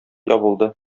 ябылды